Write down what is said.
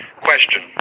question